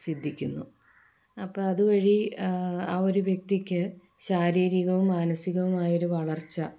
സിദ്ധിക്കുന്നു അപ്പം അതുവഴി ആ ഒരു വ്യക്തിക്ക് ശാരീരികവും മാനസികവുമായൊരു വളർച്ച